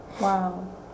Wow